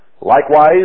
Likewise